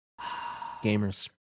gamers